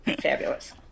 fabulous